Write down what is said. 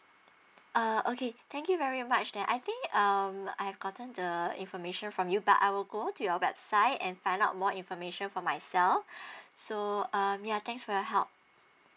err okay thank you very much that I think um I've gotten the information from you but I will go to your website and find out more information for myself so um ya thanks for your help